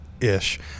ish